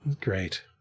Great